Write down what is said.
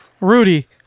Rudy